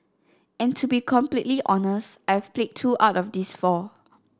and to be completely honest I have played two out of these four